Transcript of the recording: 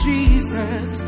Jesus